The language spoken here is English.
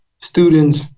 students